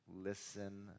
listen